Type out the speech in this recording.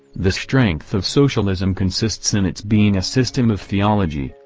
the strength of socialism consists in its being a system of theology,